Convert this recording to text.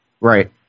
right